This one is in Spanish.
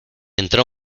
entró